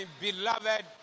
beloved